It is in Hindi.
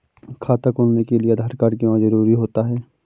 खाता खोलने के लिए आधार कार्ड क्यो जरूरी होता है?